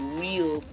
real